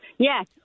Yes